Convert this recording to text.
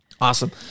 Awesome